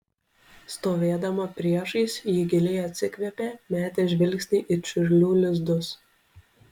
stovėdama priešais ji giliai atsikvėpė metė žvilgsnį į čiurlių lizdus